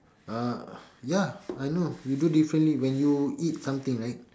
uh ya I know you do differently when you eat something right